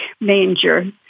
manger